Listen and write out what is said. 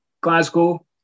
Glasgow